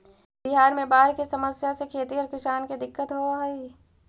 बिहार में बाढ़ के समस्या से खेतिहर किसान के दिक्कत होवऽ हइ